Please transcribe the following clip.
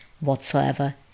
whatsoever